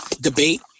debate